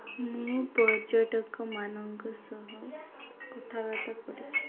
ମୁଁ ପର୍ଯ୍ୟଟକମାନଙ୍କ ସହ କଥାବାର୍ତ୍ତା କରୁଛି